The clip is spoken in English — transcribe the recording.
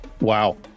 Wow